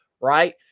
right